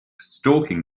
stalking